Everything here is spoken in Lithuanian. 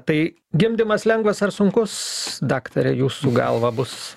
tai gimdymas lengvas ar sunkus daktare jūsų galva bus